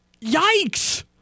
Yikes